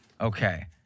Okay